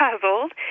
puzzled